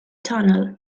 tunnel